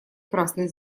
красной